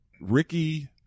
Ricky –